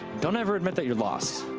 don't ever admit that you're lost.